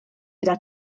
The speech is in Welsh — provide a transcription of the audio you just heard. gyda